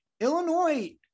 Illinois